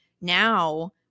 now